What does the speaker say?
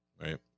right